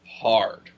Hard